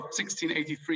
1683